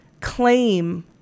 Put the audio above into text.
claim